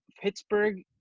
Pittsburgh